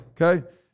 Okay